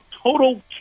total